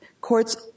courts